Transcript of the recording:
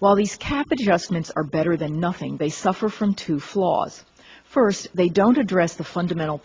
while these cap but just means are better than nothing they suffer from two flaws first they don't address the fundamental